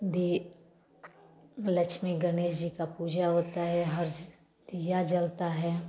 दी लक्ष्मी गणेश जी का पूजा होता है हर दीया जलता है